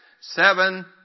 seven